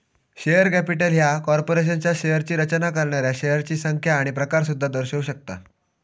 share capital ह्या कॉर्पोरेशनच्या शेअर्सची रचना करणाऱ्या शेअर्सची संख्या आणि प्रकार सुद्धा दर्शवू शकता